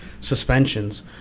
suspensions